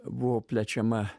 buvo plečiama